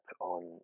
on